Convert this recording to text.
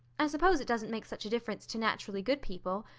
i suppose it doesn't make such a difference to naturally good people.